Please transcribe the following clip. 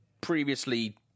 previously